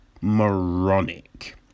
moronic